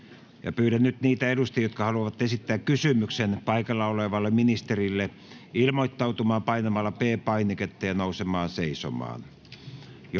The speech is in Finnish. Pyydän nyt niitä edustajia, jotka haluavat esittää kysymyksen paikalla olevalle ministerille, ilmoittautumaan painamalla P-painiketta ja nousemalla seisomaan.